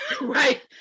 Right